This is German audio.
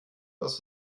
aus